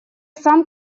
сам